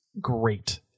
great